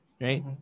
right